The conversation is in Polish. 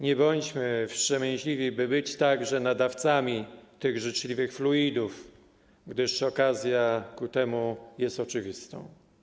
Nie bądźmy wstrzemięźliwi, by być także nadawcami tych życzliwych fluidów, gdyż okazja ku temu jest oczywistą.